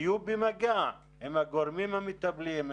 יהיו במגע עם הגורמים המטפלים,